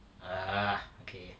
ah okay